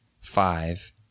five